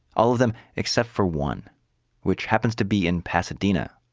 all of them except for one which happens to be in pasadena,